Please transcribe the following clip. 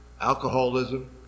alcoholism